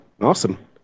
Awesome